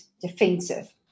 defensive